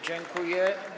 Dziękuję.